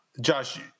Josh